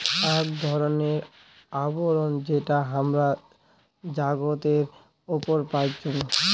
আক ধরণের আবরণ যেটা হামরা জাগাতের উপরে পাইচুং